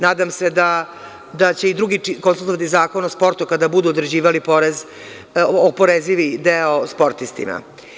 Nadam se da će i drugi konsultovati Zakon o sportu kada budu određivali porez, oporezivi deo sportistima.